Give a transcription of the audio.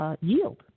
Yield